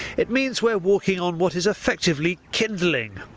it means we are walking on what is effectively kindling.